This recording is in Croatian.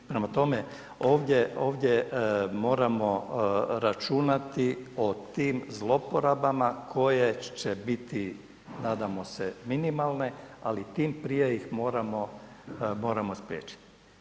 Prema tome, ovdje moramo računati o tim zloporabama koje će biti nadamo se minimalne, ali tim prije ih moramo spriječiti.